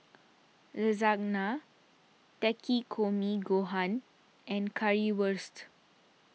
Lasagna Takikomi Gohan and Currywurst